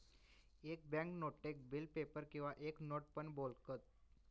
एक बॅन्क नोटेक bill paper किंवा एक नोट पण बोलतत